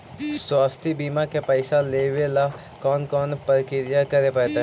स्वास्थी बिमा के पैसा लेबे ल कोन कोन परकिया करे पड़तै?